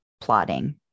plotting